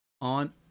on